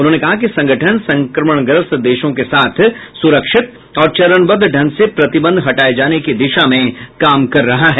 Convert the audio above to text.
उन्होंने कहा कि संगठन संक्रमणग्रस्त देशों के साथ सुरक्षित और चरणबद्व ढंग से प्रतिबंध हटाए जाने की दिशा में काम कर रहा है